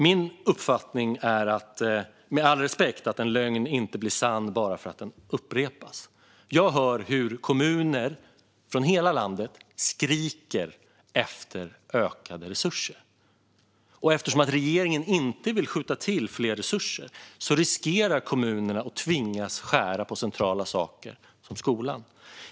Min uppfattning är, med all respekt, att en lögn inte blir sann bara för att den upprepas. Jag hör hur kommuner från hela landet skriker efter ökade resurser. Eftersom regeringen inte vill skjuta till mer resurser riskerar kommunerna att tvingas skära på centrala saker som skolan.